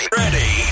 ready